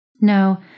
No